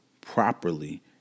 properly